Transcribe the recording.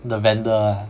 the vendor ah